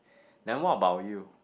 then what about you